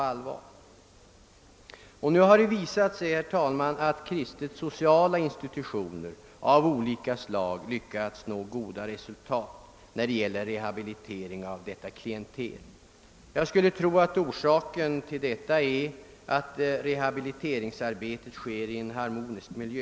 Det har visat sig att kristet sociala institutioner av olika slag har lyckats nå goda resultat när det gäller rehabilitering av detta klientel. Jag skulle tro att orsaken härtill är att rehabiliteringsarbetet bedrivs i en harmonisk miljö.